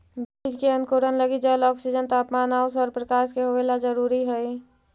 बीज के अंकुरण लगी जल, ऑक्सीजन, तापमान आउ सौरप्रकाश के होवेला जरूरी हइ